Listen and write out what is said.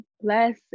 bless